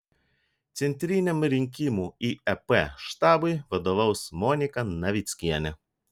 centriniam rinkimų į ep štabui vadovaus monika navickienė